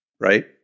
right